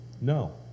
No